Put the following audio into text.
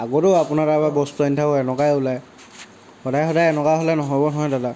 আগতো আপোনাৰ তাৰপৰা বস্তু আনি থাকো এনেকুৱাই ওলায় সদায় সদায় এনকুৱা হ'লে নহ'ব নহয় দাদা